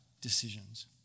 decisions